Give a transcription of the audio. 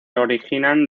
originan